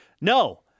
No